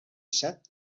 set